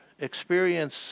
Experience